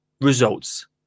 results